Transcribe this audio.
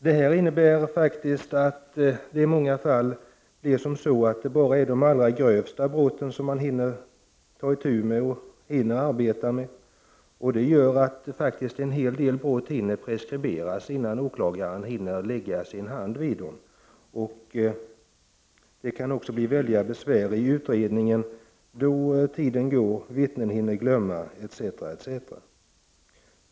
Detta innebär att man i många fall bara hinner ta itu med de allra grövsta brotten. Det medför att en hel del brott blir preskriberade, eftersom åklagaren inte hinner lägga sin hand vid dem. Det kan också bli stora besvär i utredningen då tiden går, vittnen hinner glömma etc.